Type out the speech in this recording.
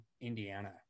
Indiana